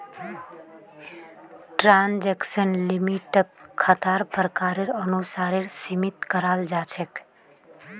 transaction लिमिटक खातार प्रकारेर अनुसारेर सीमित कराल जा छेक